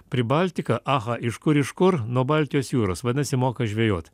pribaltika aha iš kur iš kur nuo baltijos jūros vadinasi į moka žvejoti